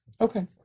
Okay